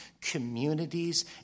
communities